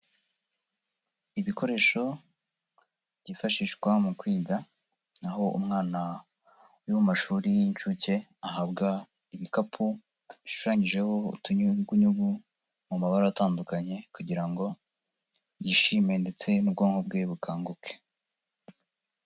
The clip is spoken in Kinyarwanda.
Ibikoresho byifashishwa mu kwiga, ni aho umwana uri mu mashuri y'inshuke ahabwa ibikapu bishushanyijeho utunyugunyugu mu mabara atandukanye kugira ngo yishime ndetse n'ubwonko bwe bukanguke.